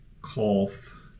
cough